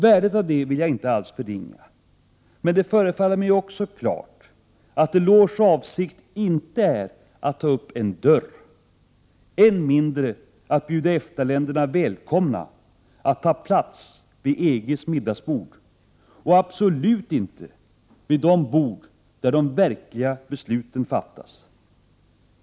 Värdet av detta vill jag inte alls förringa. Men det förefaller mig också klart att Delors avsikt inte är att ta upp en dörr, än mindre att bjuda EFTA länderna välkomna att ta plats vid EG:s middagsbord och absolut inte vid de bord där de verkliga besluten fattas.